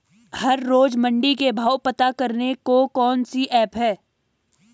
हर रोज़ मंडी के भाव पता करने को कौन सी ऐप है?